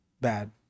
bad